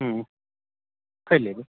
ह्म्म कय लेब